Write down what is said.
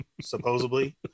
supposedly